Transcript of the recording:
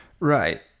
right